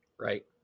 Right